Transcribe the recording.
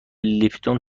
لیپتون